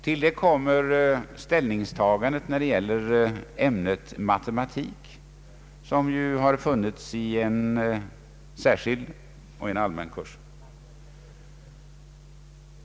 Till det kommer ställningstagandet vad gäller ämnet matematik, som ju har funnits i en särskild och en allmän kurs.